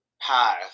path